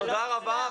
תודה רבה.